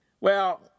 Well